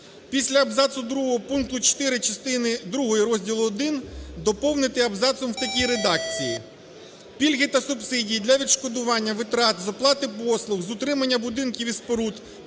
Після абзацу другого пункту 4 частини другої Розділу І доповнити абзацом в такій редакції: "Пільги та субсидії для відшкодування витрат з оплати послуг з утримання будинків і споруд